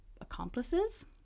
accomplices